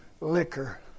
liquor